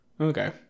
okay